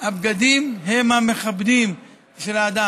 הבגדים הם המכבדים של האדם.